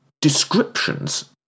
descriptions